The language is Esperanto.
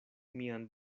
mian